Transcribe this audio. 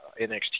NXT